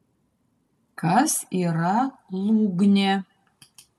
kas yra lūgnė